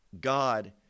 God